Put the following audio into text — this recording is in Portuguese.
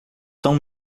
são